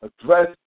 address